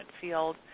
field